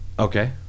Okay